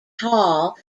hall